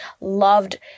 loved